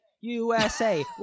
USA